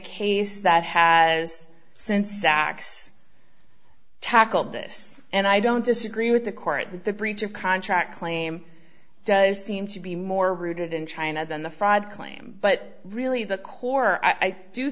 case that has since sachs tackled this and i don't disagree with the court that the breach of contract claim does seem to be more rooted in china than the fraud claim but really the core i do